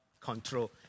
control